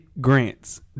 Grant's